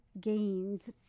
gains